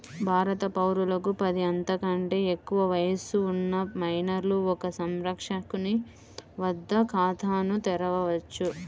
భారత పౌరులకు పది, అంతకంటే ఎక్కువ వయస్సు ఉన్న మైనర్లు ఒక సంరక్షకుని వద్ద ఖాతాను తెరవవచ్చు